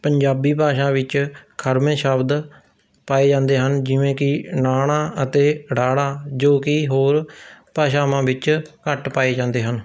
ਪੰਜਾਬੀ ਭਾਸ਼ਾ ਵਿੱਚ ਖੜਵੇ ਸ਼ਬਦ ਪਾਏ ਜਾਂਦੇ ਹਨ ਜਿਵੇਂ ਕਿ ਣਾਣਾ ਅਤੇ ੜਾੜਾ ਜੋ ਕਿ ਹੋਰ ਭਾਸ਼ਾਵਾਂ ਵਿੱਚ ਘੱਟ ਪਾਏ ਜਾਂਦੇ ਹਨ